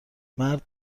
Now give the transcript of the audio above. مرد